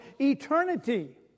eternity